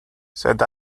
said